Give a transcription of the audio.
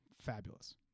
Fabulous